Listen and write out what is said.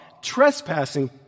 trespassing